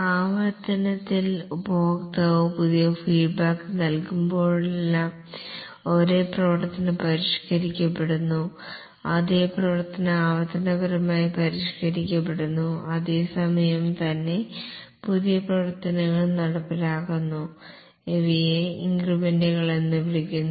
ആവർത്തനത്തിൽ ഉപഭോക്താവ് പുതിയ ഫീഡ്ബാക്ക് നൽകുമ്പോഴെല്ലാം ഒരേ പ്രവർത്തനം പരിഷ്ക്കരിക്കപ്പെടുന്നു അതേ പ്രവർത്തനം ആവർത്തനപരമായി പരിഷ്ക്കരിക്കപ്പെടുന്നു അതേസമയം തന്നെ പുതിയ പ്രവർത്തനങ്ങളും നടപ്പിലാക്കുന്നു ഇവയെ ഇൻക്രിമെന്റുകൾ എന്ന് വിളിക്കുന്നു